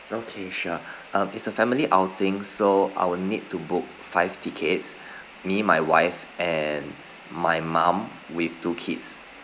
okay sure uh it's a family outing so I'll need to book five tickets me my wife and my mum with two kids